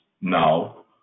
now